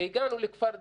והגענו לכפר דריג'את.